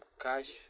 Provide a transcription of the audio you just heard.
cash